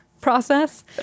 process